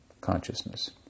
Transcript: consciousness